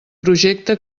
projecte